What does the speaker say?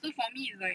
so for me it's like